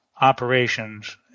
operations